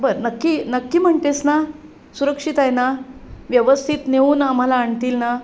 बरं नक्की नक्की म्हणत आहेस ना सुरक्षित आहे ना व्यवस्थित नेऊन आम्हाला आणतील ना